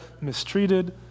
mistreated